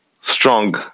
strong